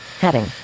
Heading